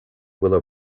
willow